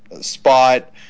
spot